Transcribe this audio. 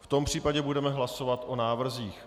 V tom případě budeme hlasovat o návrzích.